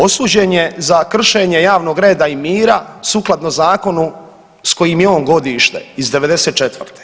Osuđen je za kršenje javnog reda i mira sukladno zakonu s kojim je on godište iz '94.